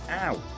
Ow